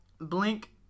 Blink